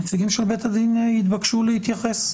הנציגים של בית הדין יתבקשו להתייחס,